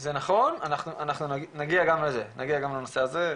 זה נכון, אנחנו נגיע גם לנושא הזה.